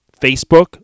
Facebook